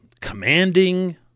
commanding